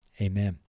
Amen